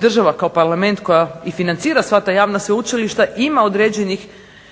država i kao Parlament koji financira sva ta javna sveučilišta ima određenih,